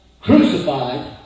crucified